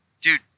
dude